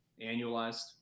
annualized